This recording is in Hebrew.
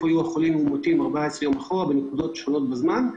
החולים המאומתים היו 14 יום אחורה בנקודות שונות בזמן,